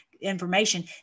information